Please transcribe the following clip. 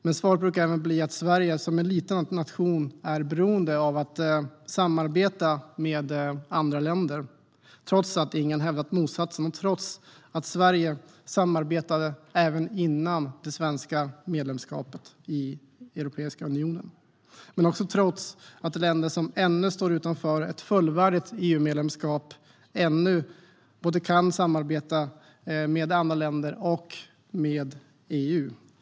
Men svaret brukar även bli att Sverige som en liten nation är beroende av att samarbeta med andra länder, trots att ingen har hävdat motsatsen, trots att Sverige samarbetade även före det svenska medlemskapet i Europeiska unionen men också trots att länder som ännu står utanför ett fullvärdigt EU-medlemskap kan samarbeta med andra länder och med EU.